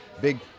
big